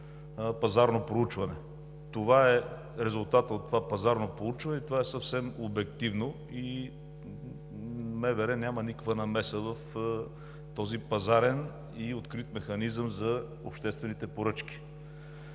пазарно проучване. Това е резултатът от това пазарно проучване и това е съвсем обективно и Министерството на вътрешните работи няма никаква намеса в този пазарен и открит механизъм за обществените поръчки.